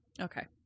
Okay